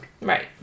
Right